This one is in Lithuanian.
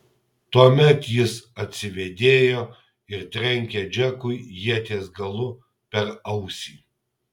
tuomet jis atsivėdėjo ir trenkė džekui ieties galu per ausį